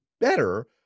better